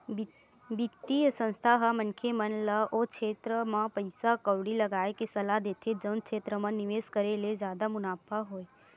बित्तीय संस्था ह मनखे मन ल ओ छेत्र म पइसा कउड़ी लगाय के सलाह देथे जउन क्षेत्र म निवेस करे ले जादा मुनाफा होवय